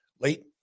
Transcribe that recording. late